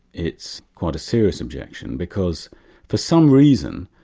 it's quite a serious objection because for some reason,